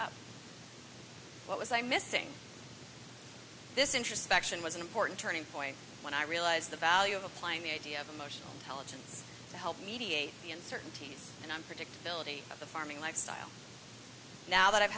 up what was i missing this introspection was an important turning point when i realized the value of applying the idea of emotional intelligence to help mediate the uncertainties and unpredictability of the farming lifestyle now that i've